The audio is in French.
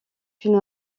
une